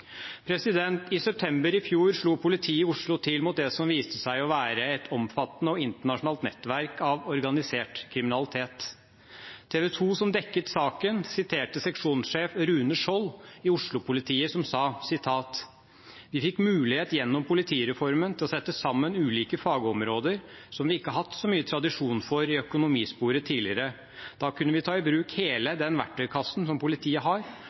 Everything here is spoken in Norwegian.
I september i fjor slo politiet i Oslo til mot det som viste seg å være et omfattende og internasjonalt nettverk av organisert kriminalitet. TV 2, som dekket saken, siterte seksjonssjef Rune Skjold i Oslo-politiet, som sa: «Vi fikk mulighet, gjennom politireformen, til å sette sammen ulike fagområder som ikke vi har hatt så mye tradisjon for i økonomisporet tidligere. Da kunne vi ta i bruk hele den verktøykassa som politiet har,